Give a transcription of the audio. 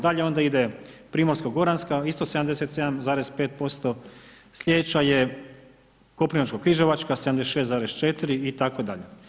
Dalje onda ide Primorsko goranska isto 77,5%, sljedeća je Koprivničko-križevačka 76,4 itd.